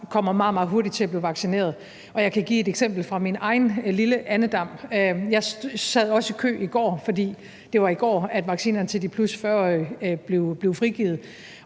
meget, meget hurtigt til og bliver vaccineret. Jeg kan give et eksempel fra min egen lille andedam: Jeg sad også i kø i går, fordi det var i går, vaccinerne til de 40+-årige blev frigivet,